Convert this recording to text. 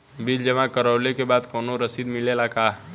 Bill जमा करवले के बाद कौनो रसिद मिले ला का?